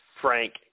Frank